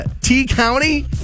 T-County